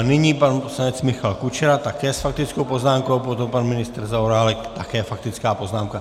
Nyní pan poslanec Michal Kučera také s faktickou poznámkou, potom pan ministr Zaorálek, také faktická poznámka.